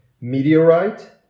meteorite